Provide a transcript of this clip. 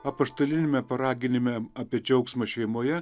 apaštaliniame paraginime apie džiaugsmą šeimoje